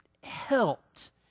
helped